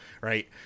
right